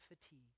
fatigue